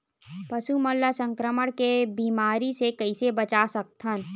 पशु मन ला संक्रमण के बीमारी से कइसे बचा सकथन?